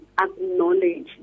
acknowledge